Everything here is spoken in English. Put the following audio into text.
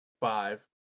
Five